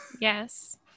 Yes